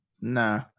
Nah